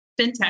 fintech